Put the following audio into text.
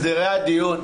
הדיון,